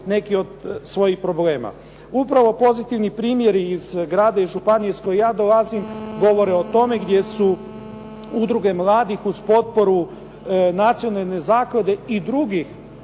neki od svojih problema. Upravo pozitivni primjeri iz grada i županije iz koje ja dolazim govore o tome gdje su udruge mladih uz potporu nacionalne zaklade i drugih